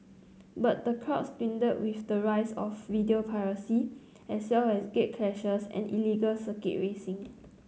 but the crowds dwindled with the rise of video piracy as well as gatecrashers and illegal circuit racing